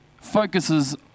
focuses